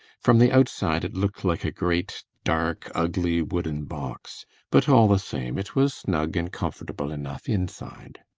from the outside it looked like a great, dark, ugly wooden box but all the same, it was snug and comfortable enough inside.